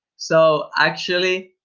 so actually,